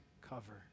cover